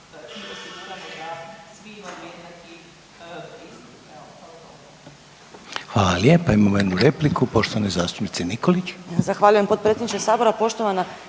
Hvala lijepa, imamo jednu repliku poštovane zastupnice Nikolić.